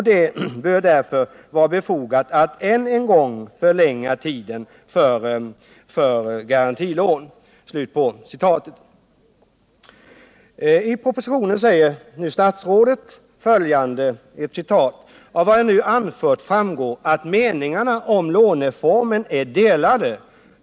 Det bör därför vara befogat att än en gång förlänga tiden för garantilån.” ”Av vad jag nu anfört framgår att meningarna om låneformen är delade.